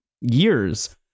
years